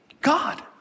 God